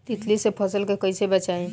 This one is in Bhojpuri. तितली से फसल के कइसे बचाई?